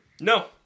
No